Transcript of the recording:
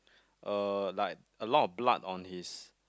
uh like a lot of blood on his